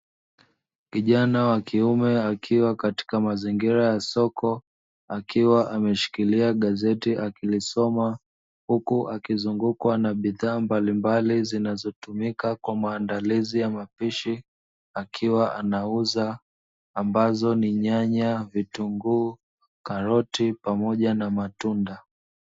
Kijana wa kiume akiwa katika mazingira ya soko akiwa ameshikilia gazeti akilisoma, huku akiwa amezungukwa na bidhaa mbalimbali zinazotumika kwa maandalizi ya mapishi; akiwa anauza, ambazo ni: nyanya, vitunguu, karoti pamoja na matunda.